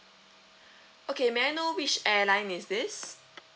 okay may I know which airline is this